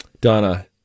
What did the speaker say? Donna